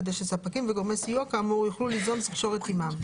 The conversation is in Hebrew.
וכדי שספקים וגורמי סיוע כאמור יוכלו ליזום תקשורת עימם,